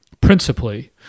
principally